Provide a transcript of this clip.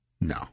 No